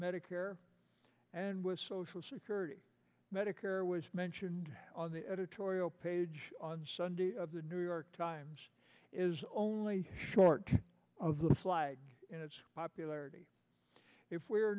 medicare and with social security medicare was mentioned on the editorial page on sunday of the new york times is only short of the fly and its popularity if we are